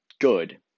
good